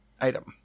item